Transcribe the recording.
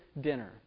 dinner